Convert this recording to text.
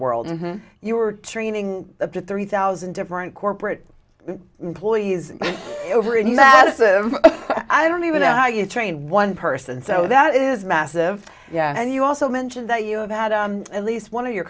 world and you were training up to three thousand different corporate employees over in that i don't even know how you train one person so that is massive yeah and you also mentioned that you have had at least one of your